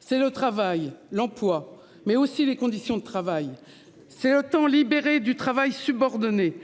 C'est le travail, l'emploi, mais aussi les conditions de travail. C'est le temps libéré du travail subordonné